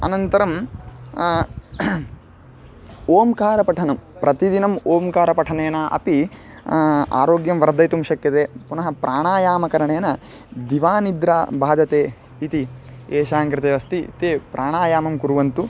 अनन्तरं ओम्कारपठनं प्रतिदिनम् ओंकारपठनेन अपि आरोग्यं वर्धयितुं शक्यते पुनः प्राणायामकरणेन दिवानिद्रा बाधते इति एषां कृते अस्ति ते प्राणायामं कुर्वन्तु